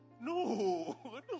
No